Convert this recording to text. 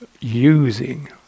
using